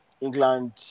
england